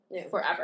forever